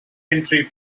entry